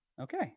Okay